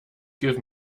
give